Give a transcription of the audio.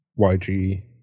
YG